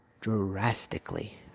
drastically